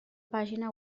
pàgina